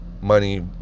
money